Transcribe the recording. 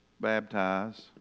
baptize